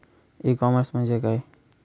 E commerce म्हणजे काय?